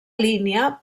línia